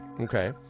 Okay